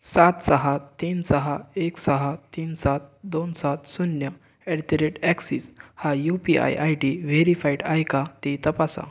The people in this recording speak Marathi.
सात सहा तीन सहा एक सहा तीन सात दोन सात शून्य अॅटदरेट अॅक्सीस हा U P I I D verified आहे का ते तपासा